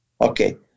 Okay